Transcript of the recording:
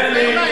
תן לי,